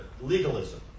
legalism